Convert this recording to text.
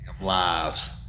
lives